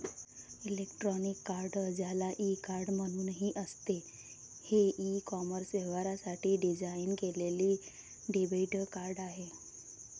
electronic card, ज्याला e card म्हणूनही असते, हे ई कॉमर्स व्यवहारांसाठी डिझाइन केलेले डेबिट कार्ड आहे